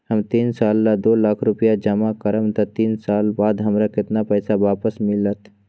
हम तीन साल ला दो लाख रूपैया जमा करम त तीन साल बाद हमरा केतना पैसा वापस मिलत?